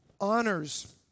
honors